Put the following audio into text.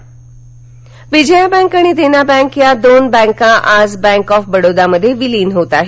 विलिनीकरण विजया बँक आणि देना बँक या दोन बँका आज बँक ऑफ बडोदा मध्ये विलीन होत आहेत